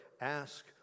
ask